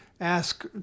ask